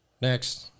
Next